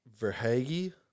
Verhage